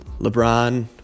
LeBron